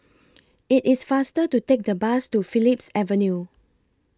IT IS faster to Take The Bus to Phillips Avenue